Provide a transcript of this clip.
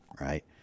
right